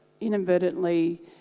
inadvertently